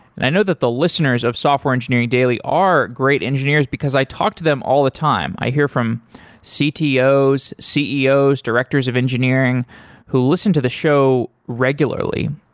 and i know that the listeners of software engineering daily are great engineers, because i talk to them all the time. i hear from ctos, ceos, directors of engineering who listen to the show regularly.